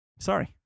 Sorry